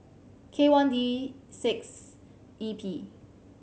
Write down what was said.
K one D six E P